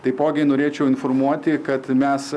taipogi norėčiau informuoti kad mes